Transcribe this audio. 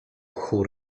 chór